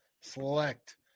select